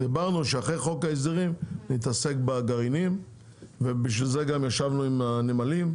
אמרנו שאחרי חוק ההסדרים נתעסק בגרעינים ובשביל זה גם ישבנו עם הנמלים,